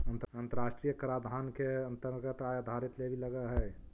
अन्तराष्ट्रिय कराधान के अन्तरगत आय आधारित लेवी लगअ हई